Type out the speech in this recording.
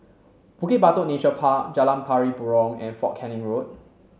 Bukit Batok Nature Park Jalan Pari Burong and Fort Canning Road